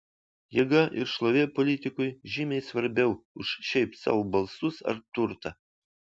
jėga ir šlovė politikui žymiai svarbiau už šiaip sau balsus ar turtą